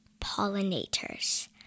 Pollinators